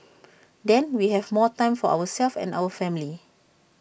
then we have more time for ourselves and our family